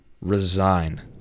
resign